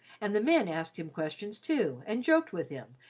and the men asked him questions too, and joked with him,